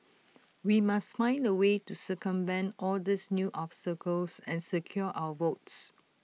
we must find A way to circumvent all these new obstacles and secure our votes